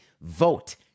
vote